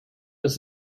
was